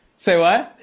say what?